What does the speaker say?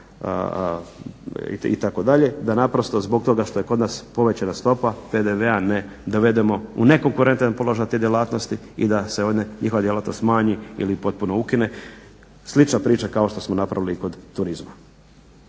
itd. da naprosto zbog toga što je kod nas povećana stopa PDV-a ne dovedemo u nekonkurentan položaj te djelatnosti i da se ovdje njihova djelatnost smanji ili potpuno ukine. Slična priča kao što smo napravili i kod turizma.